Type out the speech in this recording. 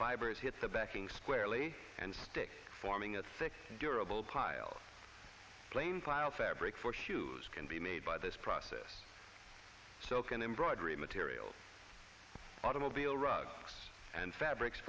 fibers hit the backing squarely and stick forming a thick durable pile plain pile fabric for shoes can be made by this process so can embroidery materials automobile rugs and fabrics